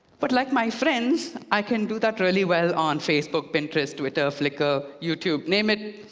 but like my friends, i can do that really well on facebook, pinterest, twitter, flickr, youtube. name it,